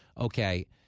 okay